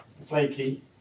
flaky